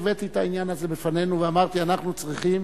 הבאתי את העניין הזה בפניו ואמרתי: אנחנו צריכים